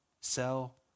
sell